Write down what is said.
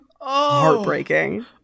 Heartbreaking